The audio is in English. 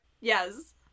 Yes